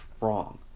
wrong